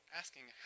asking